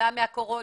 כתוצאה מהקורונה.